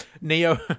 Neo